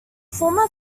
former